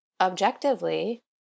objectively